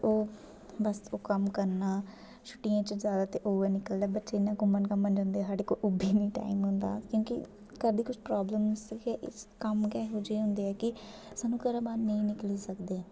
ओह् बस ओह् कम्म करना छुट्टियें च जादातर उ'ऐ निकलदा बच्चे इ'यां घूम्मन घाम्मन जंदे साढ़े कोल ओह्बी निं टाइम होंदा क्योंकि घर दी कुछ प्रॉब्लम्स हे इस कम्म गै ओह् जेह् होंदे कि सानूं घरै बाह्र नेईं निकली सकदे